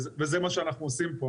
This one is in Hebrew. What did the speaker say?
וזה מה שאנחנו עושים פה.